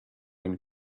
and